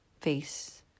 face